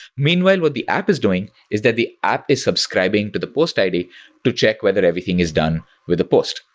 meanwhile, what the app is doing is that the app is subscribing to the post id to check whether everything is done with a post,